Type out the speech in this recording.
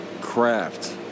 craft